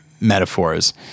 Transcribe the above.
metaphors